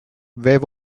where